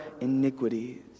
iniquities